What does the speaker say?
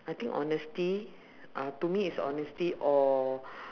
I think honesty uh to me is honesty or